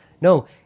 No